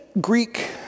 Greek